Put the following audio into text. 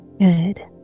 good